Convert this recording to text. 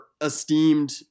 esteemed